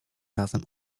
razem